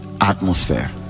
atmosphere